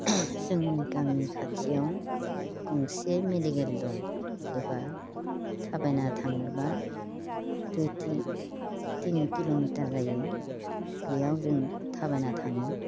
जोंनि गामि खाथियाव गंसे मेडिकेल दं एबा थाबायना थांनोबा दुइ थिन किल'मिटार जायो बेयाव जों थाबायना थाङो